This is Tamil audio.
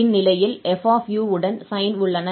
இந்நிலையில் f உடன் sine உள்ளன